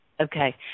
Okay